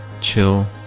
chill